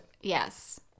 yes